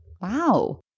Wow